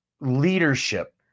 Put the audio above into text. leadership